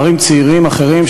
או נערים צעירים אחרים,